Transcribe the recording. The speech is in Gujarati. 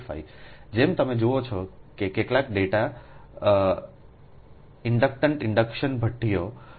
જેમ તમે જુઓ છો કે કેટલાક ડેટા ઇન્ડક્ટન્ટ ઇન્ડક્શન ભઠ્ઠીઓ 0